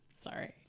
Sorry